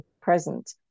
present